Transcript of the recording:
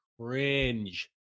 cringe